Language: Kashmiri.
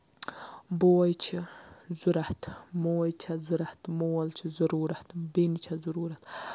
بوے چھُ ضوٚرتھ موج چھےٚ ضوٚرتھ موٚل چھُ ضروٗرَت بیٚنہِ چھِ ضروٗرَت